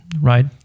right